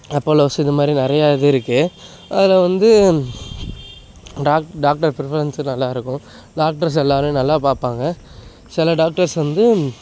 Apollos இது மாதிரி நிறைய இது இருக்கு அதில் வந்து டாக் டாக்டர் ப்ரிஃபரன்ஸு நல்லா இருக்கும் டாக்டர்ஸ் எல்லாரையும் நல்லா பார்ப்பாங்க சில டாக்டர்ஸ் வந்து